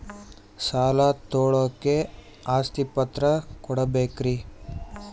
ಸಾಲ ತೋಳಕ್ಕೆ ಆಸ್ತಿ ಪತ್ರ ಕೊಡಬೇಕರಿ?